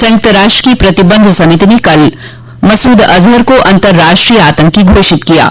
संयुक्त राष्ट्र की प्रतिबंध समिति ने कल मसूद अजहर को अंतर्राष्ट्रीय आतंकी घोषित कर दिया है